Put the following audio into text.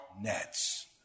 nets